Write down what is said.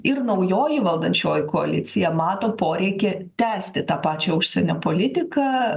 ir naujoji valdančioji koalicija mato poreikį tęsti tą pačią užsienio politiką